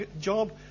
job